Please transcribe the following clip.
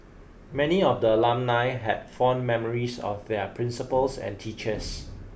many of the alumnae had fond memories of their principals and teachers